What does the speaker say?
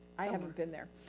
i haven't been there.